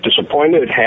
disappointed